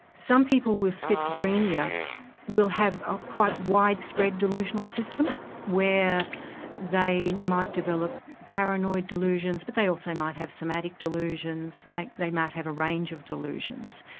some people with schizophrenia will have a quite widespread delusional system where they might develop paranoid delusions but they also might have some addict delusions, like they might have a range of delusions.